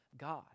God